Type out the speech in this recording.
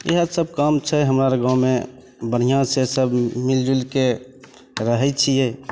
इएह सब काम छै हमरा आर गाँवमे बढ़िआँ छै सब मिलजुलिके रहय छियै